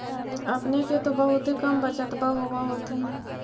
अपने के तो बहुते कम बचतबा होब होथिं?